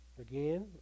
Again